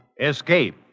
Escape